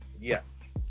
Yes